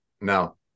No